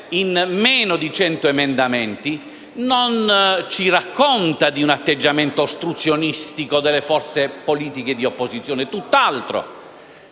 in meno di cento emendamenti, non ci racconta di un atteggiamento ostruzionistico delle forze politiche di opposizione; tutt'altro.